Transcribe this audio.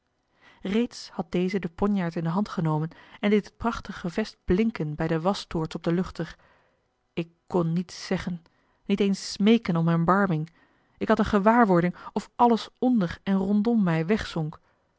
reeds had deze den ponjaard in de hand genomen en deed het prachtig gevest blinken bij de wastoorts op den luchter ik kon niets zeggen niet eens smeeken om erbarming ik had eene gewaarwording of alles onder en rondom mij